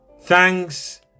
Thanks